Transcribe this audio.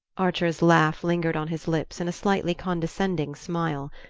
archer's laugh lingered on his lips in a slightly condescending smile.